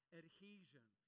adhesion